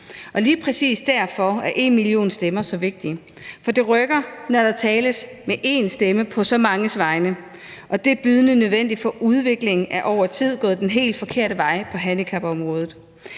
lige præcis derfor er #enmillionstemmer så vigtig. For det rykker, når der tales med én stemme på så manges vegne, og det er bydende nødvendigt, for udviklingen er over tid gået den helt forkerte vej på handicapområdet.